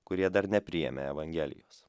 kurie dar nepriėmė evangelijos